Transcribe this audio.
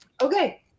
Okay